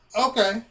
Okay